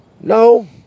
No